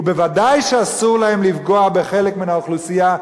וודאי שאסור להם לפגוע בחלק מן האוכלוסייה,